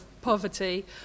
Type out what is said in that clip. poverty